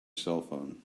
cellphone